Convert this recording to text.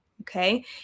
okay